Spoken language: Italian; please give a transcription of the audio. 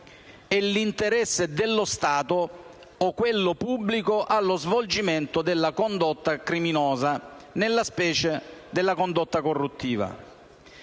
e l'interesse dello Stato o quello pubblico allo svolgimento della condotta criminosa (nella specie, della condotta corruttiva).